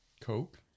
Coke